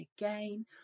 again